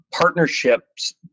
partnerships